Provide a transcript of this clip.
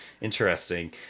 interesting